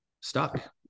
stuck